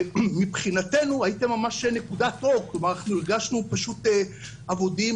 ומבחינתנו הייתם ממש נקודת אור ואנחנו הרגשנו פשוט אבודים,